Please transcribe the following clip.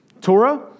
Torah